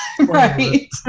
right